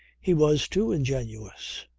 he was too ingenuous.